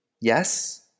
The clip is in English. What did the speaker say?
Yes